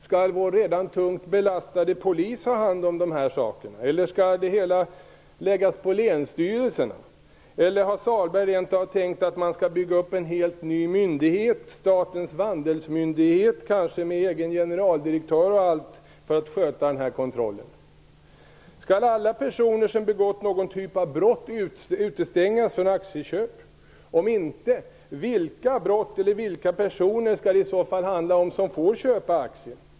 Skall vår redan tungt belastade polis ha hand om det här eller skall det läggas på länsstyrelserna? Eller har Pär-Axel Sahlberg rent av tänkt att man skall bygga upp en helt ny myndighet - t.ex. Statens vandelsmyndighet - med egen generaldirektör för att sköta kontrollen? Skall alla personer som har begått någon typ av brott utestängas från aktieköp? Om inte, vilka brott skall det gälla och vilka personer får köpa aktier?